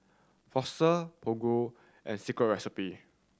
Fossil Prego and Secret Recipe